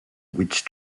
witch